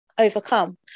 overcome